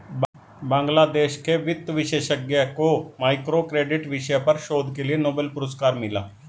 बांग्लादेश के वित्त विशेषज्ञ को माइक्रो क्रेडिट विषय पर शोध के लिए नोबेल पुरस्कार मिला